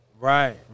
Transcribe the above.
Right